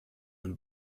and